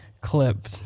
clip